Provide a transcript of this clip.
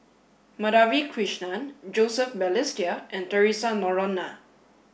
Madhavi Krishnan Joseph Balestier and Theresa Noronha